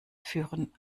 führen